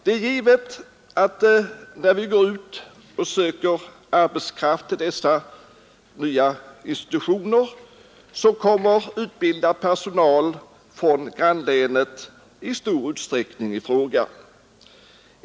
Det är givet att när vi går ut och söker arbetskraft till dessa nya institutioner så kommer utbildad personal från grannlänet i stor utsträckning i fråga.